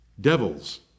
Devils